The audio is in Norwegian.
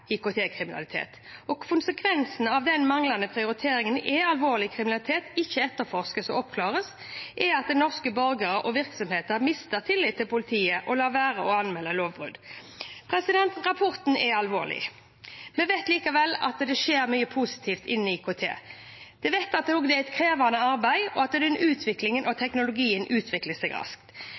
av den manglende prioriteringen er at alvorlig kriminalitet ikke etterforskes og oppklares, og at norske borgere og virksomheter mister tillit til politiet og lar være å anmelde lovbrudd. Rapporten er alvorlig. Vi vet likevel at det skjer mye positivt innen IKT. Vi vet også at det er et krevende arbeid, og at utviklingen av teknologien går raskt.